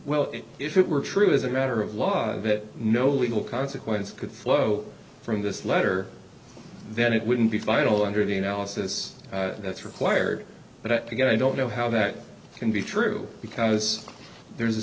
well if it were true as a matter of law that no legal consequence could flow from this letter then it wouldn't be final under the analysis that's required but again i don't know how that can be true because there's a